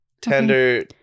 tender